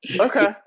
okay